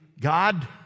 God